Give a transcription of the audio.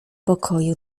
pokoju